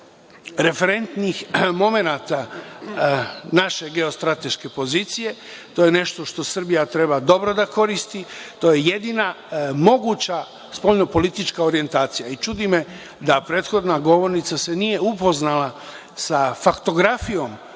referentnih momenata naše geostrateške pozicije. To je nešto što Srbija treba dobro da koristi i to je jedina moguća spoljno-politička orijentacija. Čudi me da prethodna govornica se nije upoznala sa faktografijom